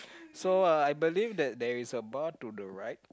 so uh I believe that there is a bar to the right